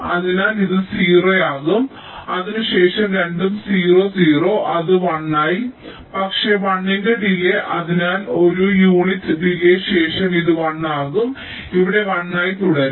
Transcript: അതിനാൽ ഇത് 0 ആകും അതിനുശേഷം രണ്ടും 0 0 അത് ഒന്നായി പക്ഷേ 1 ന്റെ ഡിലേയ് അതിനാൽ ഒരു യൂണിറ്റ് ഡിലേയ് ശേഷം ഇത് 1 ആകും ഇവിടെ 1 ആയി തുടരും